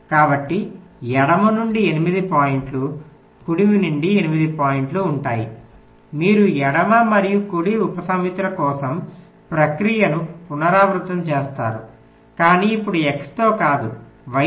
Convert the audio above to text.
కాబట్టి ఎడమ నుండి 8 పాయింట్లు కుడి నుండి 8 పాయింట్లు ఉంటాయి మీరు ఎడమ మరియు కుడి ఉపసమితుల కోసం ప్రక్రియను పునరావృతం చేస్తారు కానీ ఇప్పుడు x తో కాదు y తో